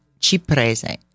Ciprese